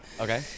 Okay